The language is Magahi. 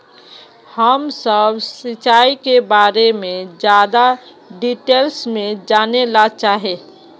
हम सब सिंचाई के बारे में ज्यादा डिटेल्स में जाने ला चाहे?